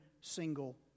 single